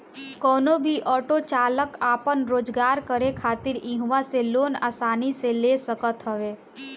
कवनो भी ऑटो चालाक आपन रोजगार करे खातिर इहवा से लोन आसानी से ले सकत हवे